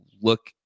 look